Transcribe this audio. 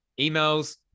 emails